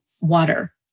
water